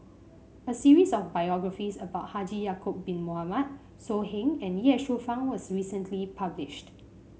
a series of biographies about Haji Ya'acob Bin Mohamed So Heng and Ye Shufang was recently published